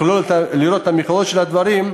לראות את המכלול של הדברים,